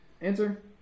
Answer